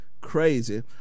crazy